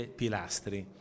pilastri